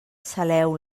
saleu